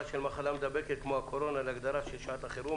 של 'מחלה מידבקת' כמו ה'קורונה' להגדרות של שעת החירום,